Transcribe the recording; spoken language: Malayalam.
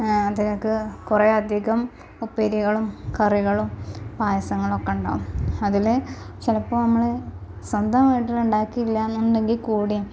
അതിലേക്ക് കുറേ അധികം ഉപ്പേരികളും കറികളും പായസങ്ങളൊക്കെ ഉണ്ടാവും അതിൽ ചിലപ്പോൾ നമ്മൾ സ്വന്തമായിട്ട് ഉണ്ടാക്കിയില്ല എന്നുണ്ടെങ്കിൽ കൂടിയും